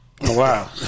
Wow